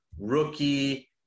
rookie